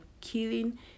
killing